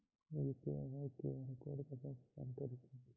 UPI वर QR code कसा scan करूचा?